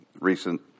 recent